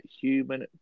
human